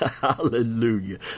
Hallelujah